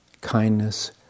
kindness